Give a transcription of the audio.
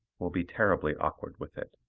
will be terribly awkward with it.